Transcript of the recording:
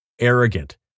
arrogant